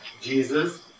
Jesus